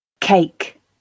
cake